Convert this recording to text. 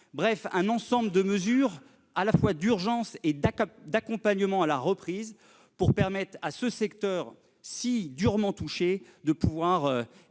pris un ensemble de mesures, à la fois d'urgence et d'accompagnement à la reprise, pour protéger ce secteur si durement touché. La